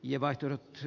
kannatan ed